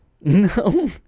no